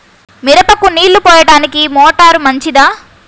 మిరపకు నీళ్ళు పోయడానికి మోటారు మంచిదా?